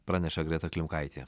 praneša greta klimkaitė